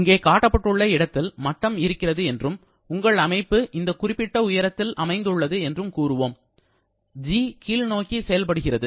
இங்கே காட்டப்பட்டுள்ள இடத்தில் மட்டம் இருக்கிறது என்றும் உங்கள் அமைப்பு இந்த குறிப்பிட்ட உயரத்தில் அமைந்துள்ளது என்றும் கூறுவோம் g கீழ்நோக்கி செயல்படுகிறது